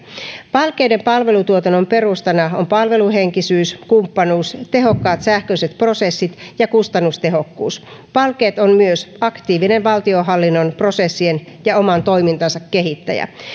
palkeiden palvelutuotannon perustana on palveluhenkisyys kumppanuus tehokkaat sähköiset prosessit ja kustannustehokkuus palkeet on myös aktiivinen valtionhallinnon prosessien ja oman toimintansa kehittäjä